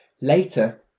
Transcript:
Later